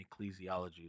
ecclesiology